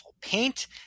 paint